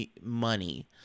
money